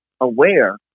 aware